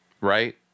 right